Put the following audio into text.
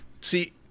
see